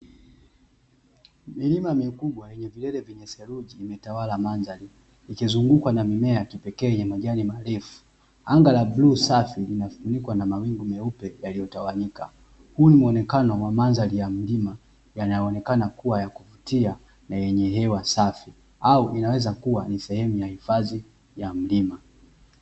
Milima mikubwa yenye vilele vyenye saruji vimetawala mandhari, ikizungukwa na mimea ya kipekee yenye majani marefu, anga la blue safi linafunikwa na mawingu meupe yaliyotawanyika, huu ni muonekano wa mandhari ya mlima, yanaonekana kuwa ya kuvutia na yenye hewa safi au inaweza kuwa ni sehemu ya hifadhi ya mlima.